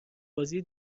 بازی